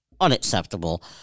unacceptable